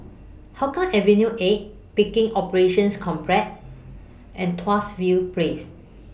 Hougang Avenue A Pickering Operations Complex and Tuas View Place